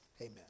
Amen